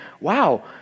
wow